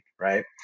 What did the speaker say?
Right